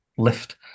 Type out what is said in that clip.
Lift